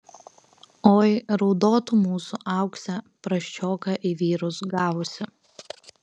oi raudotų mūsų auksė prasčioką į vyrus gavusi